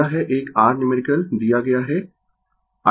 यह है एक r न्यूमेरिकल दिया गया है i1i2 और i 3